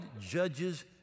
judges